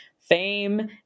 fame